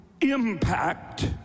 impact